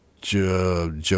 Joe